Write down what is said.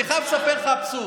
אני חייב לספר לך אבסורד.